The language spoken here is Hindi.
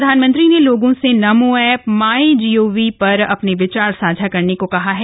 प्रधानमंत्री ने लोगों से नमो ऐप माइ गॉव पर अपने विचार साझा करने को कहा है